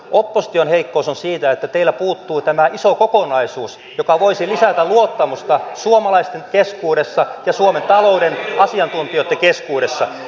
opposition heikkous on siinä että teiltä puuttuu tämä iso kokonaisuus joka voisi lisätä luottamusta suomalaisten keskuudessa ja suomen talouden asiantuntijoitten keskuudessa